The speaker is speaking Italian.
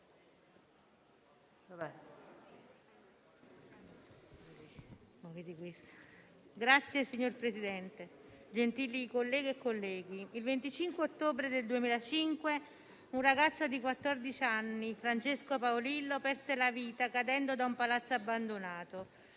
Signor Presidente, gentili colleghe e colleghi, il 25 ottobre 2005 un ragazzo di quattordici anni, Francesco Paolillo, perse la vita cadendo da un palazzo abbandonato,